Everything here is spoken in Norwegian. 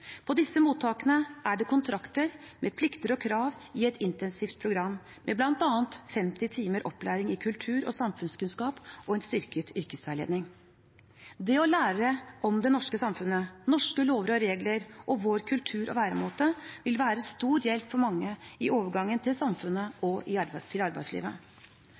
På disse mottakene er det kontrakter med plikter og krav i et intensivt program, med bl.a. 50 timer opplæring i kultur- og samfunnskunnskap og en styrket yrkesveiledning. Det å lære om det norske samfunnet, om norske lover og regler og om vår kultur og væremåte vil være til stor hjelp for mange i overgangen til samfunnet og til arbeidslivet.